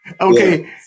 okay